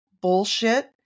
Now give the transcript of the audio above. bullshit